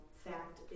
Fact